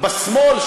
בשמאל,